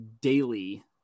daily